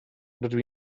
rydw